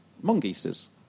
mongooses